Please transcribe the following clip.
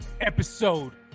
episode